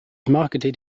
marketed